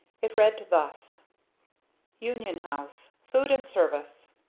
it read thus union house food and service.